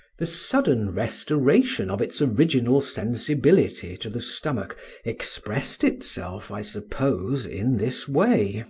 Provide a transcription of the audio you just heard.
the sudden restoration of its original sensibility to the stomach expressed itself, i suppose, in this way.